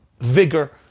vigor